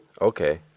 Okay